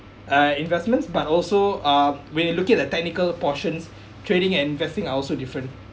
uh investments but also um when you look at the technical portions trading and investing are also different